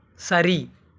சரி